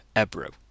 Ebro